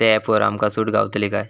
त्या ऍपवर आमका सूट गावतली काय?